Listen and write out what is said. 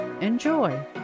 Enjoy